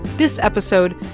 this episode,